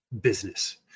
business